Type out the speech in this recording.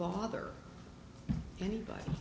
bother anybody